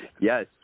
Yes